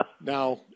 Now